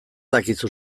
dakizu